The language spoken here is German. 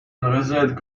reset